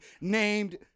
named